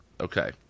Okay